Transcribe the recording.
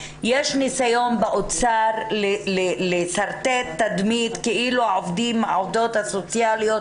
יש ניסיון באוצר לשרטט תדמית כאילו העובדות הסוציאליות